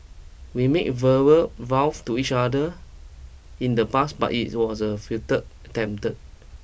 we made verbal vows to each other in the past but it was a futile attempt